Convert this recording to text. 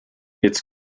its